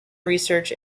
research